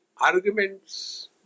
arguments